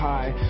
High